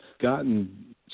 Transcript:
gotten